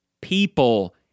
people